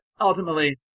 ultimately